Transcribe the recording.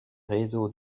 réseaux